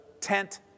tent